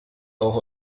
auch